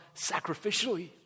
sacrificially